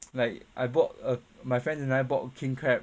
like I bought uh my friends and I bought king crab